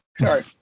Sorry